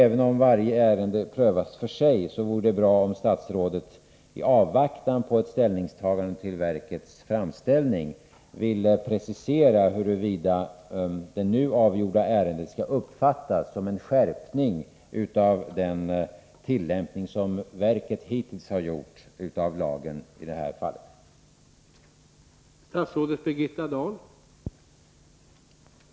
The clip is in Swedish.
Även om varje ärende prövas separat, vore det bra om statsrådet i avvaktan på ett ställningstagande till verkets skrivelse ville precisera, huruvida behandlingen av det nu avgjorda ärendet skall uppfattas som en skärpning i förhållande till den praxis som verket hittills har tillämpat beträffande den berörda delen av lagen.